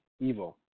evil